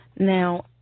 Now